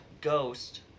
Ghost